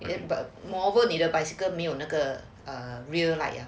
and then but 你的那个 bicycle 没有那个 err rear light ah